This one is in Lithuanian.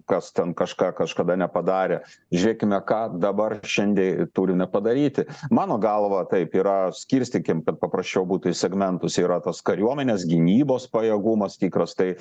kas ten kažką kažkada nepadarė žiūrėkime ką dabar šiandie turime padaryti mano galva taip yra skirstykim kad paprasčiau būtų į segmentus yra tas kariuomenės gynybos pajėgumas tikras tai